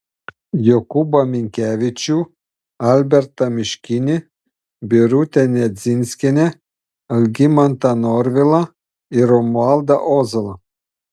jokūbą minkevičių albertą miškinį birutę nedzinskienę algimantą norvilą ir romualdą ozolą